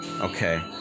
Okay